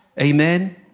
Amen